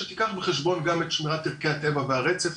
שתיקח בחשבון גם את שמירת ערכי הטבע והרצף.